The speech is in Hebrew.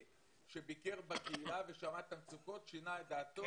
שביקר בקהילה ושמע את המצוקות שינה את דעתו?